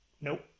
nope